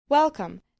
Welcome